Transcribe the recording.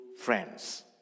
friends